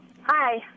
Hi